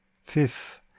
Fifth